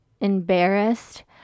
embarrassed